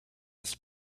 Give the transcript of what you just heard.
was